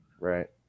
Right